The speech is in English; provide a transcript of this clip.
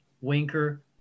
Winker